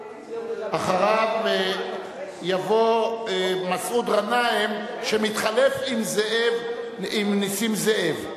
אחריו יבוא מסעוד גנאים, שמתחלף עם נסים זאב.